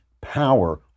power